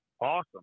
awesome